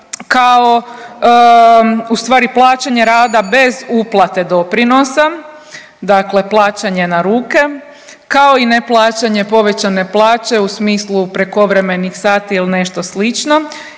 kao ustvari plaćanje rada bez uplate doprinosa, dakle plaćanje na ruke, kao i ne plaćanje povećane plaće u smislu prekovremenih sati ili nešto slično